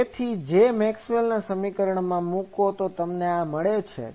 તેથી J ને મેક્સવેલના સમીકરણમાં મુકો તો તમને આ મળે છે